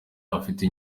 abafite